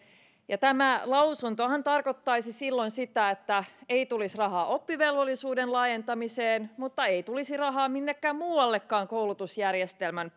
tämä lausuntohan tarkoittaisi sitä että ei tulisi rahaa oppivelvollisuuden laajentamiseen mutta ei tulisi rahaa minnekään muuallekaan koulutusjärjestelmän